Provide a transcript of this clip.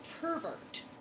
pervert